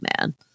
man